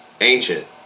ancient